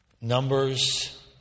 Numbers